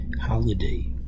holiday